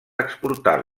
exportar